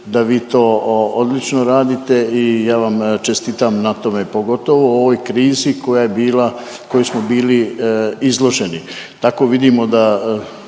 da vi to odlično radite i ja vam čestitam na tome, pogotovo u ovoj krizi koja je bila, kojoj smo bili izloženi tako vidimo da